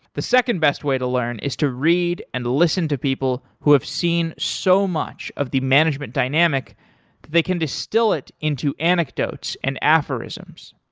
the second best way to learn is to read and listen to people who have seen so much of the management dynamic that they can distill it into anecdotes and aphorisms.